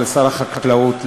לשר החקלאות,